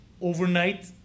overnight